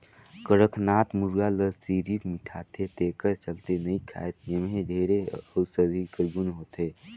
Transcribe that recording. कड़कनाथ मुरगा ल सिरिफ मिठाथे तेखर चलते नइ खाएं एम्हे ढेरे अउसधी कर गुन होथे